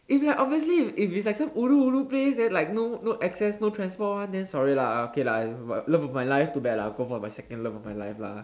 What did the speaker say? if like obviously if if it's like some ulu ulu place then like no no access no transport one then sorry lah okay lah love of my life too bad lah go for my second love of my life lah